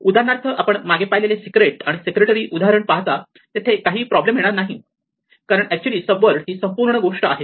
उदाहरणार्थ आपण मागे पाहिलेले सीक्रेट आणि सेक्रेटरी उदाहरण पाहता तेथे काहीही प्रॉब्लेम येणार नाही कारण अॅक्च्युअली सब वर्ड ही संपूर्ण गोष्ट आहे